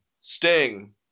Sting